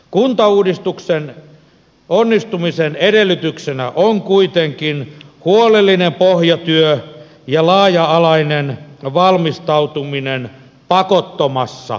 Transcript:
kuntauudistuksen onnistumisen edellytyksenä on kuitenkin huolellinen pohjatyö ja laaja alainen valmistautuminen pakottomassa ilmapiirissä